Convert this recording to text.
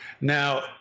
Now